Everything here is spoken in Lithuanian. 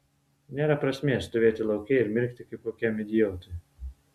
nėra prasmės stovėti lauke ir mirkti kaip kokiam idiotui